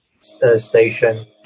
station